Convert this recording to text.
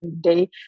day